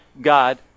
God